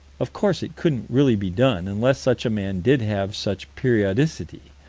of course it couldn't really be done, unless such a man did have such periodicity,